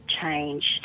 changed